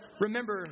Remember